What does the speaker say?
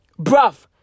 bruv